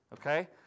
okay